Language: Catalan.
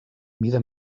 mida